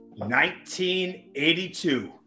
1982